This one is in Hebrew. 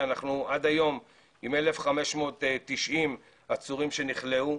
אנחנו עד היום עם 1,590 עצורים שנכלאו,